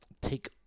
Take